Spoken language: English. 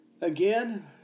Again